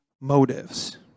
motives